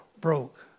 broke